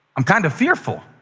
i'm kind of fearful.